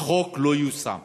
החוק לא יושם.